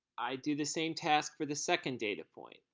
i do the same task for the second data point.